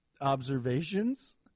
observations